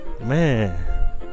man